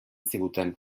ziguten